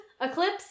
Eclipse